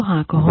तो हाँ कहो